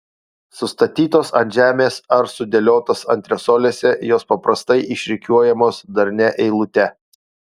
sustatytos ant žemės ar sudėliotos antresolėse jos paprastai išrikiuojamos darnia eilute